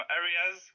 areas